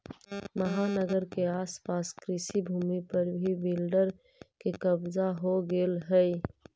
महानगर के आस पास कृषिभूमि पर भी बिल्डर के कब्जा हो गेलऽ हई